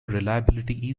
reliability